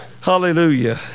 Hallelujah